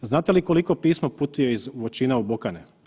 Znate li koliko pismo putuje iz Voćina u Bokane?